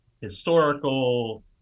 historical